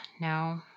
No